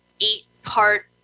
eight-part